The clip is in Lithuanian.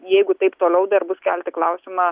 jeigu taip toliau dar bus kelti klausimą